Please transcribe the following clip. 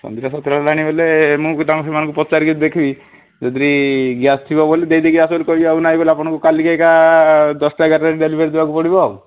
ଅଧିକ ହେଲାଣି ବୋଲେ ମୁଁ ବି ତାଙ୍କୁ ସେମାନଙ୍କୁ ପଚାରିକି ଦେଖିବି ଯଦି ଗ୍ୟାସ୍ ଥିବ ବୋଲେ ଦେଇଦେଇକି ଆସ ବୋଲେ କହିବି ଆଉ ନାହିଁ ବୋଲେ ଆପଣଙ୍କୁ କାଲିକି ଏକା ଦଶଟା ଏଗାରଟାରେ ଡେଲିଭରି ଦେବାକୁ ପଡ଼ିବ ଆଉ